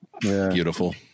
Beautiful